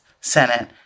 Senate